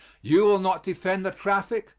you will not defend the traffic,